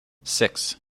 six